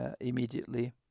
immediately